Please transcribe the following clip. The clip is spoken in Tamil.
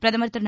பிரதமர் திரு